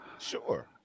Sure